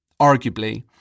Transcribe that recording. arguably